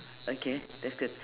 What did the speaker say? okay that's good